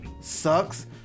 sucks